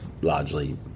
largely